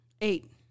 Eight